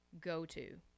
go-to